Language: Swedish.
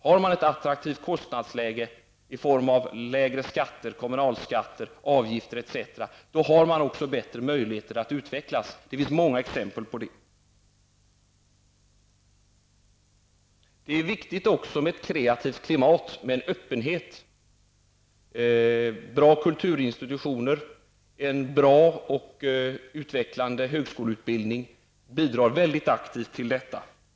Har man ett attraktivt kostnadsläge i form av lägre skatter, kommunalskatter, avgifter, etc. har man också bättre möjligheter att utvecklas. Det finns många exempel på detta. Det är också viktigt med ett kreativt klimat och med en öppenhet. Bra kulturinstitutioner och en bra och utvecklande högskoleutbildning bidrar mycket aktivt till detta.